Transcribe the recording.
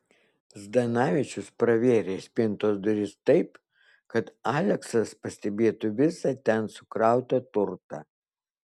zdanavičius pravėrė spintos duris taip kad aleksas pastebėtų visą ten sukrautą turtą